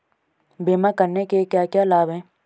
बीमा करने के क्या क्या लाभ हैं?